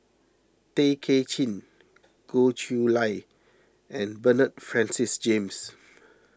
Tay Kay Chin Goh Chiew Lye and Bernard Francis James